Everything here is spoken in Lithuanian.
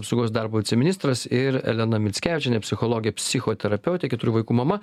apsaugos darbo viceministras ir elena mickevičienė psichologė psichoterapeutė keturių vaikų mama